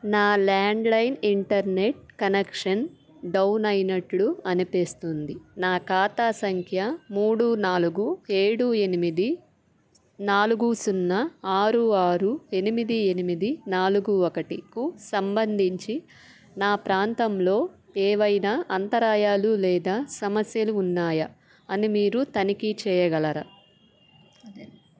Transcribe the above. నా landline internet connection down అయినట్లు అనిపిస్తోంది నా ఖాతా సంఖ్య మూడు నాలుగు ఏడు ఎనిమిది నాలుగు సున్నా ఆరు ఆరు ఎనిమిది ఎనిమిది నాలుగు ఒకటికు సంబంధించి నా ప్రాంతంలో ఏవైనా అంతరాయాలు లేదా సమస్యలు ఉన్నాయా అని మీరు తనిఖీ చెయ్యగలరా